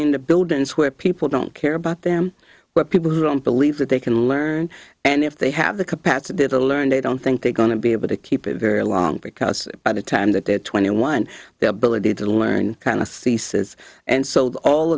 into buildings where people don't care about them what people who don't believe that they can learn and if they have the capacity to learn they don't think they're going to be able to keep it very long because by the time that they're twenty one their ability to learn kind of ceases and sold all